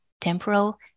temporal